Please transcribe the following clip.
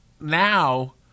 now